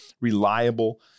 reliable